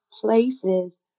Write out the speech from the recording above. places